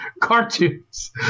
cartoons